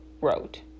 wrote